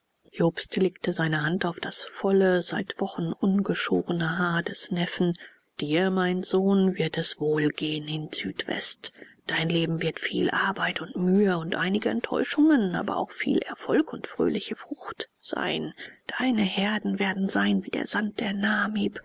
jobst legte seine hand auf das volle seit wochen unschorene haar des neffen dir mein sohn wird es wohl gehen in südwest dein leben wird viel arbeit und mühe und einige enttäuschung aber auch viel erfolg und fröhliche frucht sein deine herden werden sein wie der sand der namib